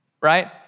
right